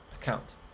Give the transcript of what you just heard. account